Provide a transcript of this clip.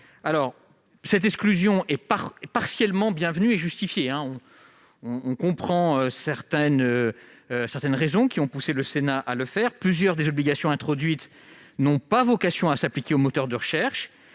CSA. Cette exclusion est partiellement bienvenue et justifiée. On comprend certaines des raisons qui ont poussé la commission à aller en ce sens. Plusieurs des obligations introduites n'ont pas vocation à s'appliquer aux moteurs de recherche,